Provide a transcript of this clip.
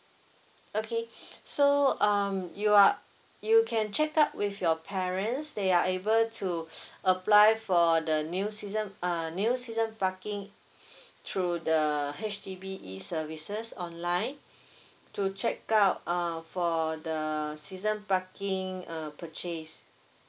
okay so um you are you can check out with your parents they are able to apply for the new season uh new season parking through the H_D_B E services online to check out uh for the season parking uh purchase